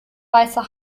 weißer